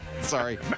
Sorry